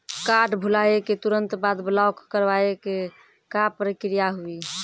Card भुलाए के तुरंत बाद ब्लॉक करवाए के का प्रक्रिया हुई?